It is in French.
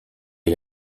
est